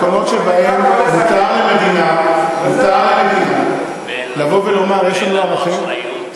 במקומות שבהם מותר למדינה לבוא ולומר: יש לנו ערכים,